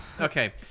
Okay